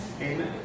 Amen